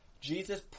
Jesus